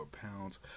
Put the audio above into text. pounds